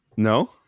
No